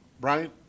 Brian